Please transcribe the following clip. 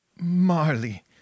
Marley